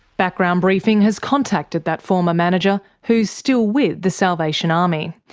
background briefing has contacted that former manager, who is still with the salvation army.